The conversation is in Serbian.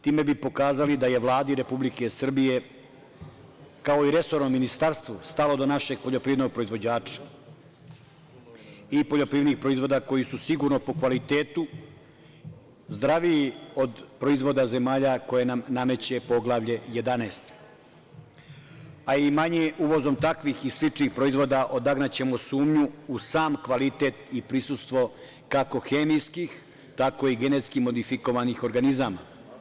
Time bi pokazali da je Vladi Republike Srbije, kao i resornom ministarstvu, stalo do našeg poljoprivrednog proizvođača i poljoprivrednih proizvoda koji su sigurno po kvalitetu zdraviji od proizvoda zemalja koje nam nameće Poglavlje 11, a i manje uvozom takvih i sličnih proizvoda odagnaćemo sumnju u sam kvalitet i prisustvo, kako hemijskih, tako i genetskih modifikovanih organizama.